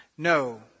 No